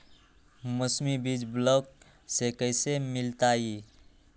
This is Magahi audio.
मौसमी बीज ब्लॉक से कैसे मिलताई?